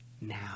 now